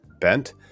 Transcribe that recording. bent